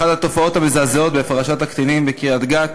אחת התופעות המזעזעות בפרשת הקטינים בקריית-גת,